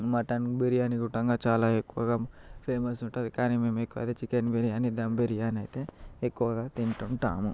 mutton biryani కూడంగా చాలా ఎక్కువగా ఫేమస్ ఉంటుంది కానీ మేము ఎక్కువైతే చికెన్ బిర్యానీ ధమ్ బిర్యానీ అయితే ఎక్కువగా తింటుంటాము